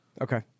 Okay